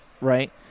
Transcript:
Right